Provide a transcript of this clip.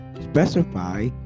Specify